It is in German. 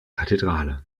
kathedrale